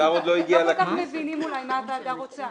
אנחנו לא כל כך מבינים אולי מה הוועדה רוצה.